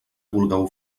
vulgueu